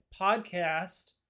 podcast